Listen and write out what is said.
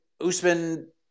Usman